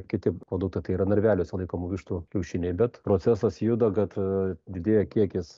kiti produktai tai yra narveliuose laikomų vištų kiaušiniai bet procesas juda kad didėja kiekis